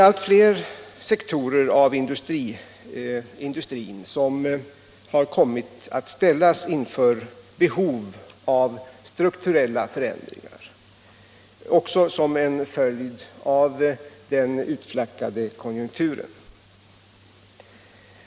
Allt fler sektorer av industrin har kommit att ställas inför behov av strukturella förändringar, också som en följd av den utflackade konjunk turen.